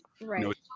right